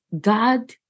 God